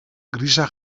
grisa